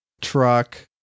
truck